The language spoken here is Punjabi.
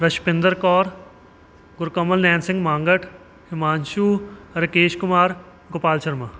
ਰਸ਼ਪਿੰਦਰ ਕੌਰ ਗੁਰਕਮਲ ਨੈਨ ਸਿੰਘ ਮਾਂਗਟ ਹਿਮਾਂਸ਼ੂ ਰਕੇਸ਼ ਕੁਮਾਰ ਗੋਪਾਲ ਸ਼ਰਮਾ